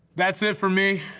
that's it for me.